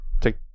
Take